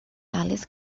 alice